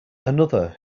another